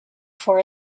for